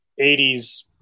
80s